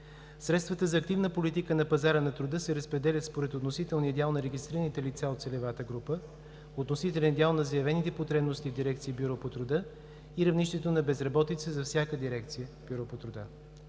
Средствата за активна политика на пазара на труда се разпределят според относителния дял на регистрираните лица от целевата група, относителен дял на заявените потребности в дирекции „Бюро по труда“ и равнището на безработица за всяка дирекция „Бюро по труда“.